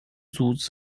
彝族